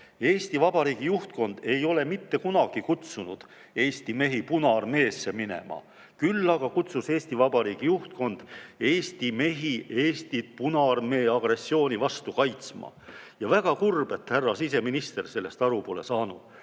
Eesti Vabariigi juhtkond ei ole mitte kunagi kutsunud Eesti mehi Punaarmeesse minema. Küll aga kutsus Eesti Vabariigi juhtkond Eesti mehi Eestit Punaarmee agressiooni vastu kaitsma. Ja on väga kurb, et härra siseminister pole sellest aru saanud.